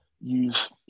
use